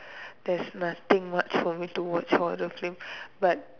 there's nothing much for me to watch horror films but